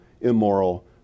immoral